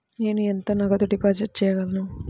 నేను ఎంత నగదు డిపాజిట్ చేయగలను?